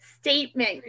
statement